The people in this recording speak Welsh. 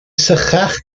sychach